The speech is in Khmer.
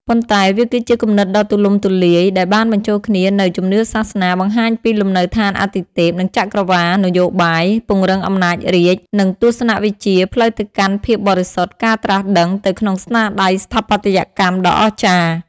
ប៉ុន្តែវាគឺជាគំនិតដ៏ទូលំទូលាយដែលបានបញ្ចូលគ្នានូវ ជំនឿសាសនា បង្ហាញពីលំនៅដ្ឋានអាទិទេព និងចក្រវាឡ នយោបាយ ពង្រឹងអំណាចរាជ្យ និង ទស្សនវិជ្ជា ផ្លូវទៅកាន់ភាពបរិសុទ្ធ ការត្រាស់ដឹង ទៅក្នុងស្នាដៃស្ថាបត្យកម្មដ៏អស្ចារ្យ។